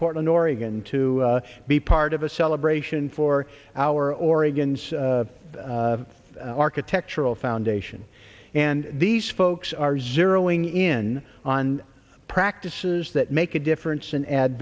portland oregon to be part of a celebration for our oregon's architectural foundation and these folks are zero ing in on practices that make a difference and add